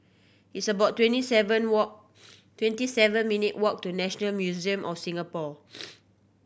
it's about twenty seven walk twenty seven minute walk to National Museum of Singapore